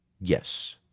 Yes